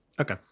Okay